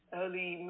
early